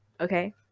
okay